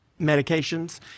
medications